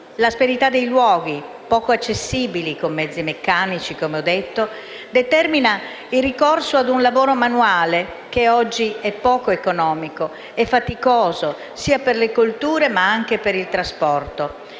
L'asperità dei luoghi poco accessibili con mezzi meccanici - come ho già detto - determina il ricorso a un lavoro manuale che oggi è poco economico e faticoso sia per le colture che per il trasporto.